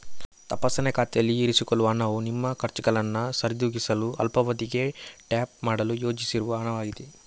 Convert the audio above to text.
ತಪಾಸಣೆ ಖಾತೆಯಲ್ಲಿ ಇರಿಸಿಕೊಳ್ಳುವ ಹಣವು ನಿಮ್ಮ ಖರ್ಚುಗಳನ್ನು ಸರಿದೂಗಿಸಲು ಅಲ್ಪಾವಧಿಗೆ ಟ್ಯಾಪ್ ಮಾಡಲು ಯೋಜಿಸಿರುವ ಹಣವಾಗಿದೆ